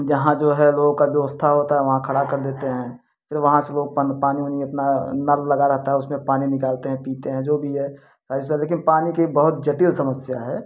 जहाँ जो है लोगों का व्यवस्था होता है वहाँ खड़ा कर देते हैं फिर वहाँ से वो पानी ओनी अपना नल लगा रहता है उसमें पानी निकालते हैं पीते हैं जो भी है सारी सुविधा लेकिन पानी की बहुत जटिल समस्या है